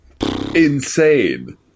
insane